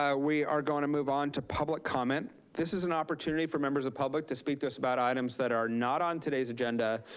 we are going to move on to public comment. this is an opportunity for members of public to speak to us about items that are not on today's agenda,